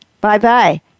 Bye-bye